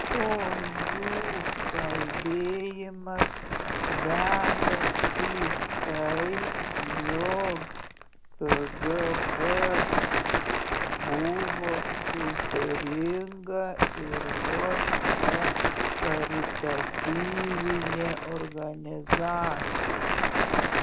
o jų kalbėjimas veda į tai jog kgb buvo kultūringa ir vos ne karitatyvinė organizacija